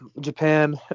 Japan